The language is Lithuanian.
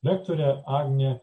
lektorė agnė